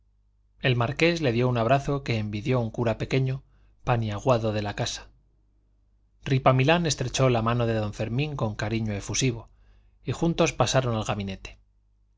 el marqués le dio un abrazo que envidió un cura pequeño paniaguado de la casa ripamilán estrechó la mano de don fermín con cariño efusivo y juntos pasaron al gabinete